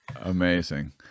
Amazing